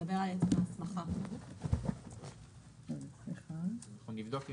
אנחנו נבדוק.